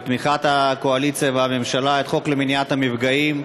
בתמיכת הקואליציה והממשלה, את החוק למניעת מפגעים.